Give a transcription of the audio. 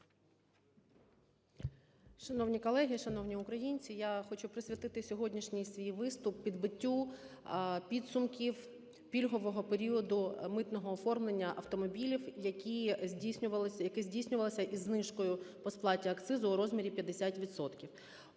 Шановні колеги! Шановні українці! Я хочу присвятити сьогоднішній свій виступ підбиттю підсумків пільгового періоду митного оформлення автомобілів, яке здійснювалося із знижкою по сплаті акцизу у розмірі в